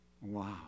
wow